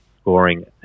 scoring